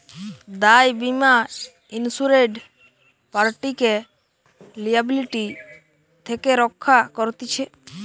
দায় বীমা ইন্সুরেড পার্টিকে লিয়াবিলিটি থেকে রক্ষা করতিছে